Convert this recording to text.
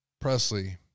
Presley